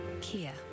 Kia